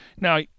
Now